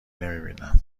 نمیبینم